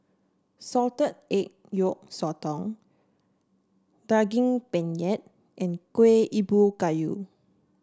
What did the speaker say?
Salted Egg Yolk Sotong Daging Penyet and Kueh Ubi Kayu